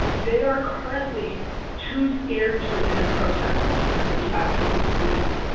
they are currently too scared to attend protest, because of the actions of police.